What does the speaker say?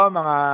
mga